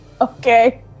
Okay